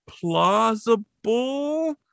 plausible